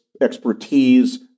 expertise